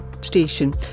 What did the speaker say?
station